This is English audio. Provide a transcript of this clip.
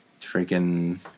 Freaking